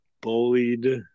Bullied